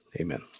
amen